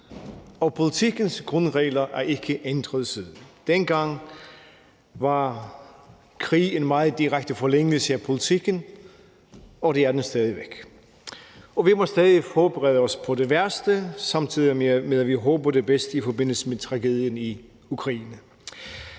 og politikkens grundregler er ikke ændret siden. Dengang var krig en meget direkte forlængelse af politikken, og det er den stadig væk, og vi må stadig forberede os på det værste, samtidig med at vi håber det bedste i forbindelse med tragedien i Ukraine.